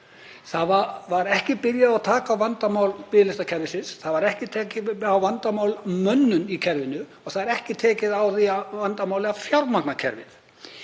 Það var ekki byrjað á að taka á vandamálum biðlistakerfisins. Það var ekki tekið á vandamálum varðandi mönnun í kerfinu og það er ekki tekið á því vandamáli að fjármagna kerfið.